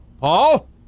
Paul